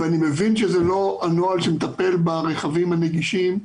אני מבין שזה לא הנוהל שמטפל ברכבים הנגישים,